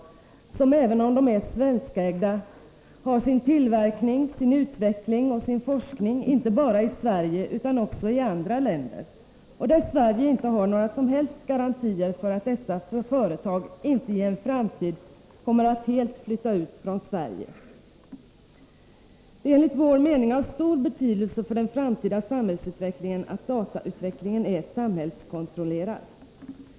De har, även om de är svenskägda, sin tillverkning, utveckling och forskning inte bara i Sverige utan också i andra länder, och vi har inte några som helst garantier för att dessa företag inte i en framtid kommer att helt flytta ut från Sverige. Det är enligt vår mening av stor betydelse för den framtida samhällsutvecklingen att datautvecklingen är samhällskontrollerad.